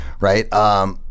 right